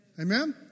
Amen